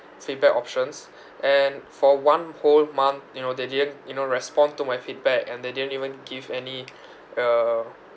feedback options and for one whole month you know they didn't you know respond to my feedback and they didn't even give any uh